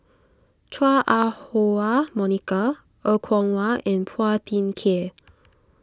Chua Ah Huwa Monica Er Kwong Wah and Phua Thin Kiay